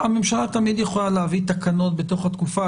טוב, הממשלה תמיד יכולה להביא תקנות בתוך התקופה.